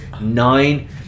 Nine